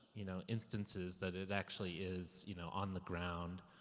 you know, instances, that it actually is, you know, on the ground.